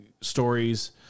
stories